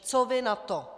Co vy na to?